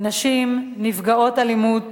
נשים נפגעות אלימות